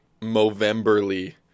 Movemberly